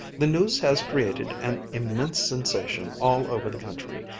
the news has created an immense sensation all over the country.